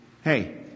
Hey